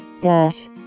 Dash